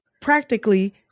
practically